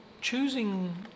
Choosing